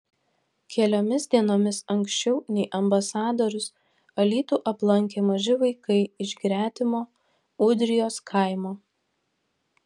keliomis dienomis anksčiau nei ambasadorius alytų aplankė maži vaikai iš gretimo ūdrijos kaimo